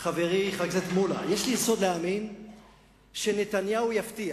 חברי חבר הכנסת מולה, שנתניהו יפתיע.